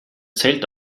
zelt